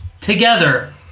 together